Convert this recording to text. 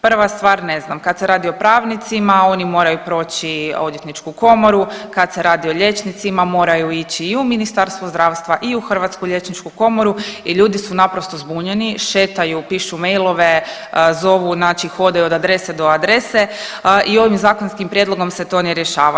Prva stvar, ne znam, kad se radi o pravnicima, oni moraju proći Odvjetničku komoru, kad se radi o liječnicima, moraju ići i u Ministarstvo zdravstva i u Hrvatsku liječničku komoru i ljudi su naprosto zbunjeni, šetaju, pišu mailove, zovu, znači hodaju od adrese do adrese i ovim zakonskim prijedlogom se to ne rješava.